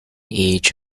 age